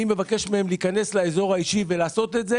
מבקש מהם להיכנס לאזור האישי ולעשות את זה